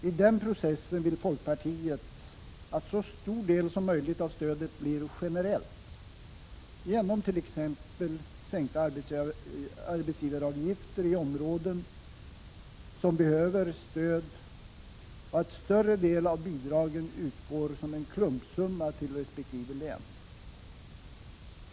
I den processen vill folkpartiet att så stor del som möjligt av stödet blir generellt genom t.ex. sänkta arbetsgivaravgifter i områden som behöver stöd och genom att större delen av bidragen utgår som en klumpsumma till resp. län.